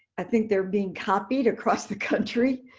i think they're being copied across the country,